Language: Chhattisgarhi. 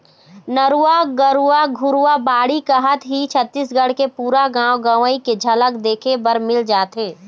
नरूवा, गरूवा, घुरूवा, बाड़ी कहत ही छत्तीसगढ़ के पुरा गाँव गंवई के झलक देखे बर मिल जाथे